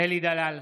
אלי דלל,